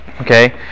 Okay